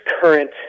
current